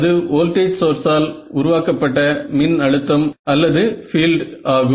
அது வோல்டேஜ் சோர்ஸால் உருவாக்கப்பட்ட மின் அழுத்தம் அல்லது பீல்டு ஆகும்